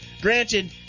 Granted